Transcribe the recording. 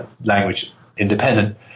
language-independent